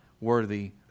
worthy